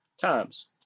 times